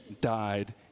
died